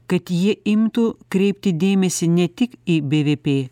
kad jie imtų kreipti dėmesį ne tik į bvp